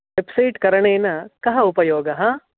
website करणेन कः उपयोगः